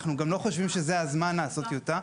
ואנחנו גם לא חושבים שזה הזמן לעשות טיוטה.